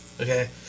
okay